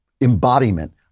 embodiment